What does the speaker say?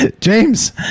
James